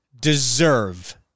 deserve